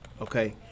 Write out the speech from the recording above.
Okay